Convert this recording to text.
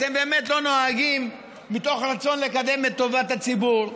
אתם באמת לא נוהגים מתוך רצון לקדם את טובת הציבור,